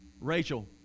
Rachel